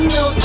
no